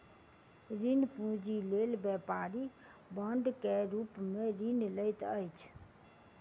ऋण पूंजी लेल व्यापारी बांड के रूप में ऋण लैत अछि